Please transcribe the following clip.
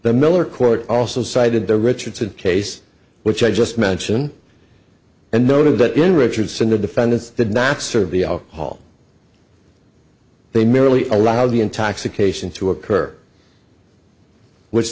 the miller court also cited the richardson case which i just mention and noted that in richardson the defendants did not serve the alcohol they merely allowed the intoxication to occur which